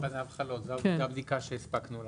על פניו הן חלות, זאת הבדיקה שהספקנו לעשות.